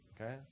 Okay